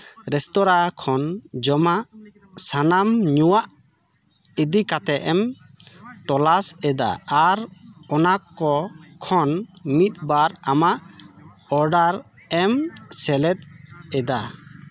restaurant ᱠᱷᱚᱱ ᱡᱚᱢᱟᱜ ᱥᱟᱱᱟᱢ ᱧᱩᱣᱟᱜ ᱤᱫᱤ ᱠᱟᱛᱮᱜ ᱮᱢ ᱛᱚᱞᱟᱥ ᱮᱫᱟ ᱟᱨ ᱚᱱᱟ ᱠᱚ ᱠᱷᱚᱱ ᱢᱤᱫ ᱵᱟᱨ ᱟᱢᱟᱜ ᱚᱰᱟᱨ ᱮᱢ ᱥᱮᱞᱮᱫ ᱮᱫᱟ